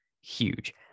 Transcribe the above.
huge